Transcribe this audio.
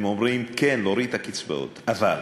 הם אומרים: כן, להוריד את הקצבאות, אבל